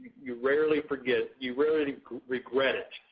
you rarely forget you rarely regret it,